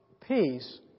peace